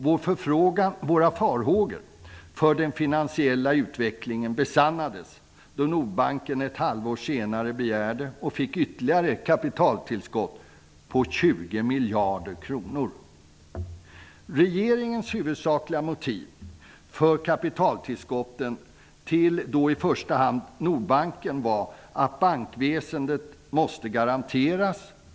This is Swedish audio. Våra farhågor för den finansiella utvecklingen besannades då Nordbanken ett halvår senare begärde, och fick, ytterligare ett kapitaltillskott på 20 miljarder kronor. Regeringens huvdsakliga motiv för kapitaltillskotten till i första hand Nordbanken var att bankväsendet måste garanteras.